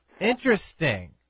Interesting